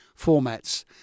formats